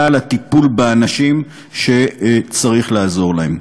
על הטיפול באנשים שצריך לעזור להם.